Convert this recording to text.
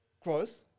growth